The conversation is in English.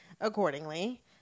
accordingly